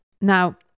Now